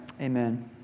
Amen